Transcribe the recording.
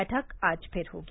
बैठक आज फिर होगी